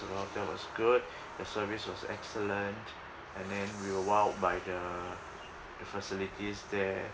through the hotel was good the service was excellent and then we were wowed by the the facilities there